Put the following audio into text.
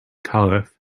caliph